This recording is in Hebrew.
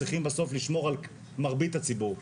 צריכים בסוף לשמור על מרבית הציבור.